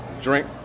drink